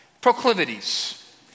proclivities